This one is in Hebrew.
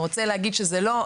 אתה רוצה להגיד שהם לא,